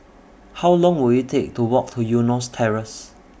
How Long Will IT Take to Walk to Eunos Terrace